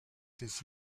des